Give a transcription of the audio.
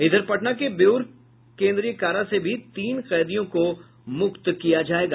इधर पटना के बेउर केन्द्रीय कारा से भी तीन कैदियों को मुक्त किया जायेगा